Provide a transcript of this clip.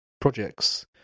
projects